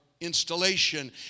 installation